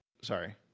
sorry